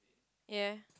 ya